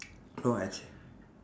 no actua~